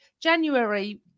January